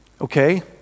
okay